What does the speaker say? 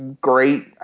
great